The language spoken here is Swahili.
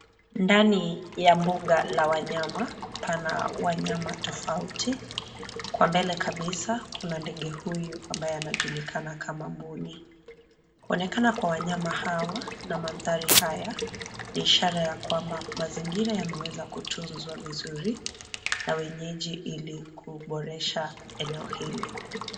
Ndani ya mbuga la wanyama, pana wanyama tofauti, kwa mbele kabisa, kuna ndege huyu ambaye anajulikana kama mbuni, kuonekana kwa wanyama hawa na mandhari haya ni ishara ya kwamba mazingira yameweza kutunzwa vizuri, na wenyeji ilikuboresha eneo hili.